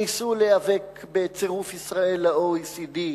שניסו להיאבק בצירוף ישראל ל-OECD,